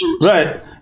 Right